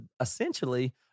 essentially